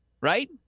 right